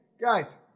guys